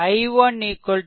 i1 0